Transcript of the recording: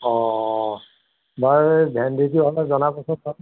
অঁ বাৰু এই ভেন্দিটো হ'লে জনাব চোন বাৰু